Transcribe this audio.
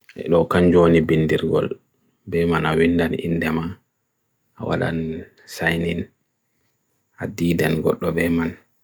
Ko jowii hite wawde pen so bartan mo to waawdi?